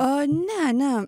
o ne ne